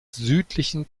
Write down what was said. südlichen